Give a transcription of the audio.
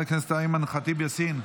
חברת הכנסת אימאן ח'טיב יאסין,